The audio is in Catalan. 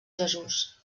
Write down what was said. jesús